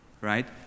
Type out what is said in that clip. Right